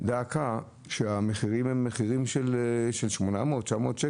אבל המחירים שגובים הם בסכום ל 800 ו-900 שקלים.